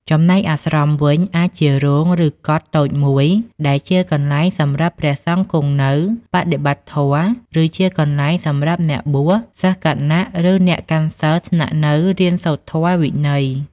ចំណែកអាស្រមវិញ អាចជារោង ឬកុដិតូចមួយដែលជាកន្លែងសម្រាប់ ព្រះសង្ឃគង់នៅ បដិបត្តិធម៌ ឬជាកន្លែងសម្រាប់អ្នកបួស សិស្សគណ ឬអ្នកកាន់សីលស្នាក់នៅរៀនសូត្រធម៌វិន័យ។